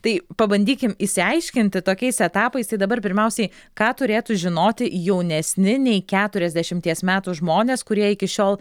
tai pabandykim išsiaiškinti tokiais etapais tai dabar pirmiausiai ką turėtų žinoti jaunesni nei keturiasdešimties metų žmonės kurie iki šiol